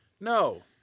No